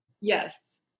Yes